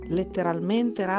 letteralmente